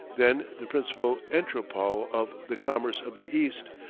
then the principal entrepot of the commerce of the east,